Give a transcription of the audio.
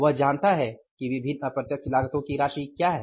वह जानता है कि विभिन्न अप्रत्यक्ष लागतों की राशि क्या हैं